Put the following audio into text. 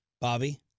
Bobby